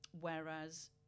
Whereas